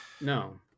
no